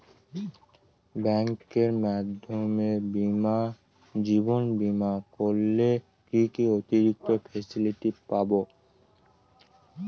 ব্যাংকের মাধ্যমে জীবন বীমা করলে কি কি অতিরিক্ত ফেসিলিটি পাব?